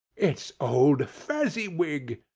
it's old fezziwig!